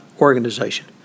organization